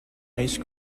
ice